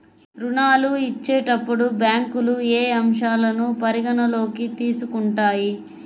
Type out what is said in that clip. ఋణాలు ఇచ్చేటప్పుడు బ్యాంకులు ఏ అంశాలను పరిగణలోకి తీసుకుంటాయి?